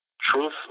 truth